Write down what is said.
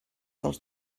dels